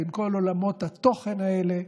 בין כל עולמות התוכן האלה,